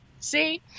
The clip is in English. see